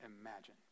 imagine